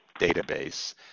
database